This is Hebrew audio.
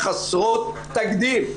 חסרות תקדים.